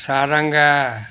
Saranga